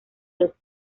los